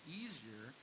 easier